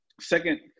second